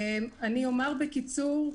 אני אומר בקיצור,